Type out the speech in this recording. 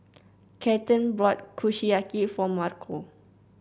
Kathyrn bought Kushiyaki for Marco